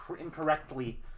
incorrectly